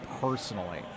personally